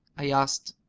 i asked.